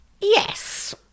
Yes